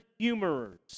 humorers